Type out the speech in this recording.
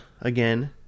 again